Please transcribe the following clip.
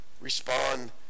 respond